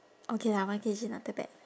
okay lah one K_G not too bad